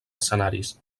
escenaris